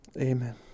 Amen